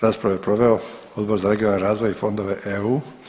Raspravu je proveo Odbor za regionalni razvoj i fondove EU.